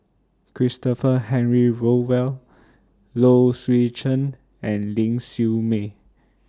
Christopher Henry Rothwell Low Swee Chen and Ling Siew May